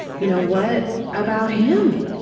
you know what about him?